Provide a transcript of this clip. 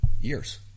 years